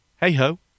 hey-ho